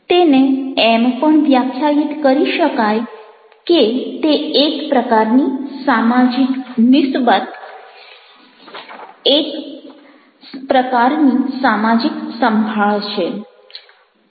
તેને એમ પણ વ્યાખ્યાયિત કરી શકાય કે તે એક પ્રકારની સામાજિક નિસ્બત એક પ્રકારની સામાજિક સંભાળ છે